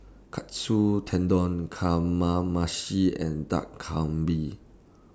Katsu Tendon Kamameshi and Dak